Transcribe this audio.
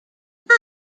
not